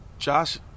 Josh